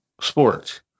sports